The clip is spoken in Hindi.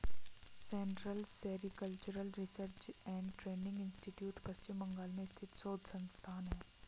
central sericultural research and training institute Paschim Bangal में स्थित शोध संस्थान है